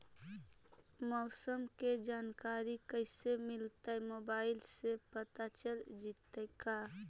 मौसम के जानकारी कैसे मिलतै मोबाईल से पता चल जितै का?